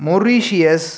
Mauritius